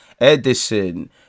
Edison